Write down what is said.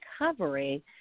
recovery